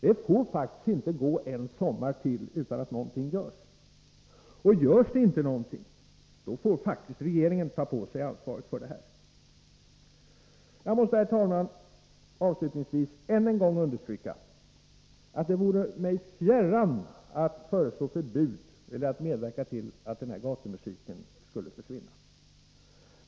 Det får faktiskt inte gå en sommar till utan att någonting görs. Görs det inte någonting, får faktiskt regeringen ta på sig ansvaret för det här. Avslutningsvis, herr talman, måste jag än en gång understryka att det vore mig fjärran att föreslå förbud eller att medverka till att gatumusiken skulle försvinna.